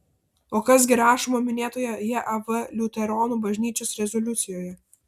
o kas gi rašoma minėtoje jav liuteronų bažnyčios rezoliucijoje